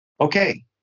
Okay